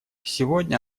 сегодня